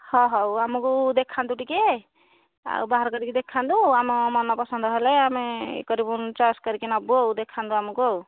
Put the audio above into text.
ହଁ ହଉ ଆମକୁ ଦେଖାନ୍ତୁ ଟିକିଏ ଆଉ ବାହାର କରିକି ଦେଖାନ୍ତୁ ଆମ ମନ ପସନ୍ଦ ହେଲେ ଆମେ ଇଏ କରିବୁ ଚଏସ୍ କରିକି ନେବୁ ଆଉ ଦେଖାନ୍ତୁ ଆମକୁ ଆଉ